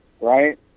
right